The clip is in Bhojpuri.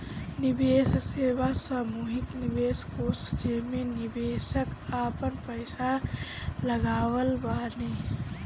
निवेश सेवा सामूहिक निवेश कोष जेमे निवेशक आपन पईसा लगावत बाने